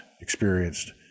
experienced